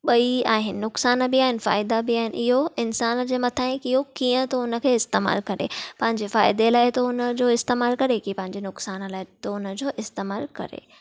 ॿईं आहिनि नुक़सानु बि आहिनि फ़ाइदा बि आहिनि इहो इन्सान जे मथां आहे कि इहो कीअं थो उनखे इस्तेमालु करे पंहिंजे फ़ाइदे लाइ थो उनजो इस्तेमालु करे कि पंहिंजे नुक़सान लाइ तो उनजो इस्तेमालु करे